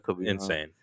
insane